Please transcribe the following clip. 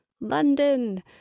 London